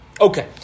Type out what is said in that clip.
Okay